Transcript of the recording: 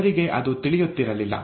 ಜನರಿಗೆ ಅದು ತಿಳಿಯುತ್ತಿರಲಿಲ್ಲ